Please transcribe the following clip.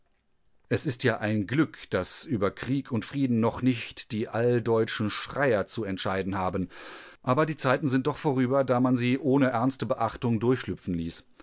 es ist ja ein glück daß über krieg und frieden noch nicht die alldeutschen schreier zu entscheiden haben aber die zeiten sind doch vorüber da man sie ohne ernste beachtung durchschlüpfen ließ